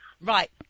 Right